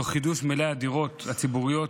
תוך חידוש מלאי הדירות הציבוריות,